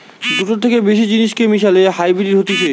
দুটার থেকে বেশি জিনিসকে মিশালে হাইব্রিড হতিছে